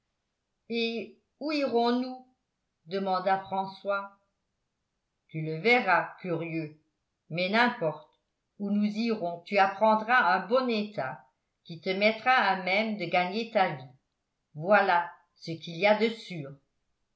et où irons-nous demanda françois tu le verras curieux mais n'importe où nous irons tu apprendras un bon état qui te mettra à même de gagner ta vie voilà ce qu'il y a de sûr